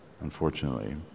unfortunately